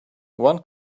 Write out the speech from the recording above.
one